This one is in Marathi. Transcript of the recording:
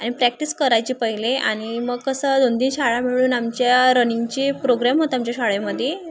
आणि प्रॅक्टिस करायची पहिले आणि मग कसं दोन तीन शाळा मिळून आमच्या रनिंगची प्रोग्रॅम होत आमच्या शाळेमध्ये